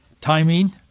Timing